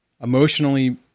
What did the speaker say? Emotionally